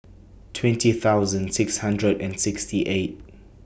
twenty thousand six hundred and sixty eight